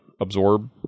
absorb